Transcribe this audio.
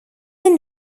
then